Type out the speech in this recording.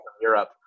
europe